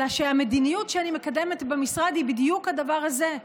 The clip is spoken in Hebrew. אלא שהמדיניות שאני מקדמת במשרד היא בדיוק הדבר הזה,